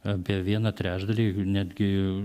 apie vieną trečdalį netgi